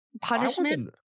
punishment